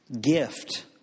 gift